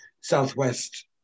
Southwest